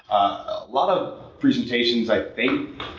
a lot of presentations, i think,